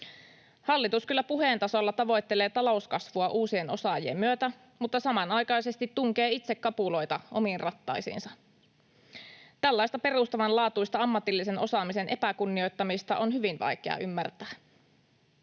Hallitus kyllä puheen tasolla tavoittelee talouskasvua uusien osaajien myötä, mutta samanaikaisesti tunkee itse kapuloita omiin rattaisiinsa. Tällaista perustavanlaatuista ammatillisen osaamisen epäkunnioittamista on hyvin vaikea ymmärtää.